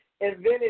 invented